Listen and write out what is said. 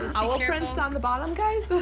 owl prints on the bottom guys?